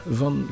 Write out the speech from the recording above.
van